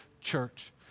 church